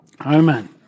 Amen